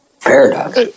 paradox